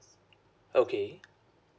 okay